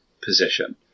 position